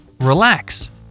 relax